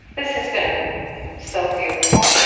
this has been so beautiful. but